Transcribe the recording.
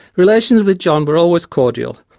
relations with john were always cordial,